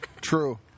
True